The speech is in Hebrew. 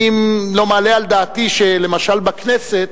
אני לא מעלה על דעתי שלמשל בכנסת